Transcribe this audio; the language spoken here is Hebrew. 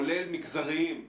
כולל מגזריים,